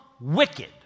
wicked